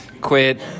quit